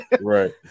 Right